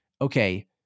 okay